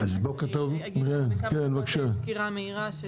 אני רק אתן סקירה מהירה.